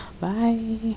Bye